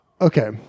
Okay